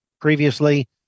previously